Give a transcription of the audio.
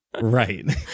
Right